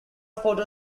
photo